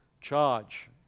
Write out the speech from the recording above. charge